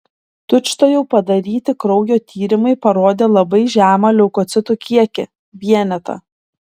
tučtuojau padaryti kraujo tyrimai parodė labai žemą leukocitų kiekį vienetą